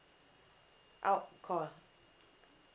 out call